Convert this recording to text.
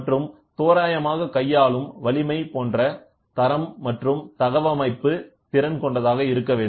மற்றும் தோராயமாக கையாளும் வலிமை போன்ற தரம் மற்றும் தகவமைப்பு திறன் கொண்டதாக இருக்க வேண்டும்